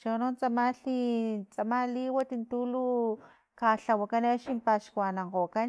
chono tsamalhi tsama liwat tulu kalhawakan axni paxkuanankgokan.